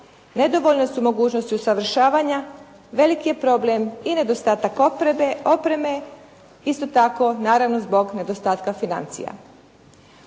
nedovoljne su mogućnosti usavršavanja, veliki je problem i nedostatak opreme, isto tako, naravno zbog nedostatka financija.